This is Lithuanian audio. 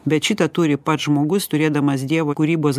bet šitą turi pats žmogus turėdamas dievo kūrybos